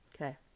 okay